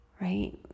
right